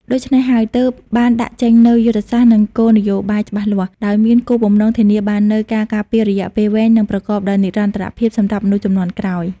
ដូច្នេះហើយ ទើបបានដាក់ចេញនូវយុទ្ធសាស្ត្រ និងគោលនយោបាយច្បាស់លាស់ ដោយមានគោលបំណងធានាបាននូវការការពាររយៈពេលវែង និងប្រកបដោយនិរន្តរភាពសម្រាប់មនុស្សជំនាន់ក្រោយ។